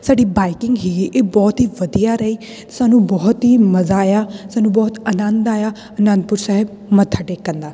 ਸਾਡੀ ਬਾਈਕਿੰਗ ਸੀਗੀ ਇਹ ਬਹੁਤ ਹੀ ਵਧੀਆ ਰਹੀ ਸਾਨੂੰ ਬਹੁਤ ਹੀ ਮਜ਼ਾ ਆਇਆ ਸਾਨੂੰ ਬਹੁਤ ਆਨੰਦ ਆਇਆ ਆਨੰਦਪੁਰ ਸਾਹਿਬ ਮੱਥਾ ਟੇਕਣ ਦਾ